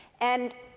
and